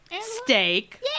Steak